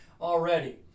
already